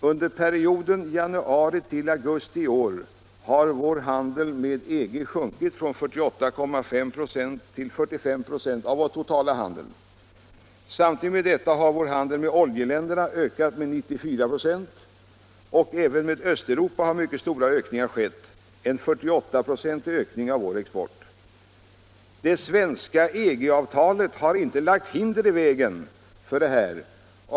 Under perioden januari-augusti i år har vår handel med EG sjunkit från 48,5 96 till ca 45 96 av vår totala handel. Samtidigt med detta har vår handel med oljeländerna ökat med 94 96 och även i handeln med Östeuropa har mycket stora ökningar skett — en 48-procentig ökning av vår export. Det svenska EG-avtalet har inte lagt hinder i vägen för det.